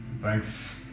Thanks